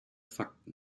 fakten